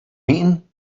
eating